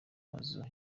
mazu